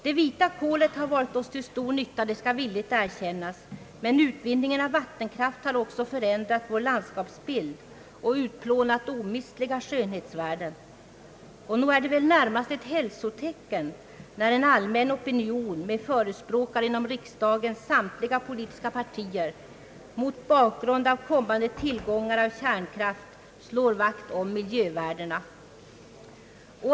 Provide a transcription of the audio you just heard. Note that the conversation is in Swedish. »Det vita kolet» har varit oss till stor nytta, det skall villigt erkännas. Men utvinningen av vattenkraft har också förändrat vår landskapsbild och utplånat omistliga skönhetsvärden. Och nog är det väl närmast ett hälsotecken när en allmän opinion med förespråkare inom riksdagens samtliga politiska partier mot bakgrund av kommande tillgångar i fråga om kärnkraft slår vakt om miljövärdena.